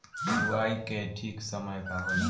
बुआई के ठीक समय का होला?